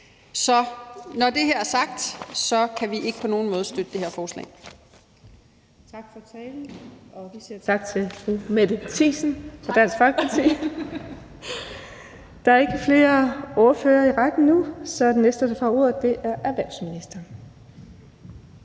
Så når det her er sagt, kan vi ikke på nogen måde støtte det her forslag.